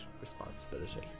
responsibility